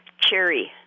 cherry